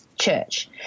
church